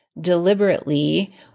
deliberately